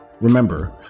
Remember